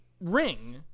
Ring